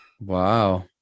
Wow